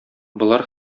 болар